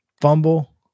fumble